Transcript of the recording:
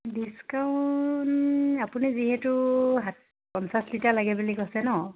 discount আপুনি যিহেতু পঞ্চাছ লিটাৰ লাগে বুলি কৈছে ন